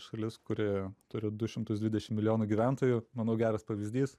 šalis kuri turi du šimtus dvidešim milijonų gyventojų manau geras pavyzdys